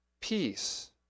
peace